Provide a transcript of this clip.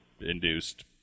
induced